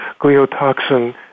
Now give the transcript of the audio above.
gliotoxin